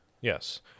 Yes